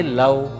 love